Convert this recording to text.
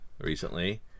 recently